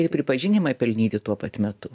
ir pripažinimai pelnyti tuo pat metu